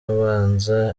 abanza